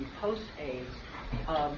post-AIDS